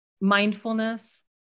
Mindfulness